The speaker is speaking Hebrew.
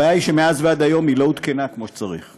הבעיה היא שמאז ועד היום היא לא עודכנה כמו שצריך.